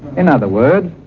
in other words,